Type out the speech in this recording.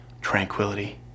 tranquility